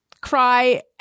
cry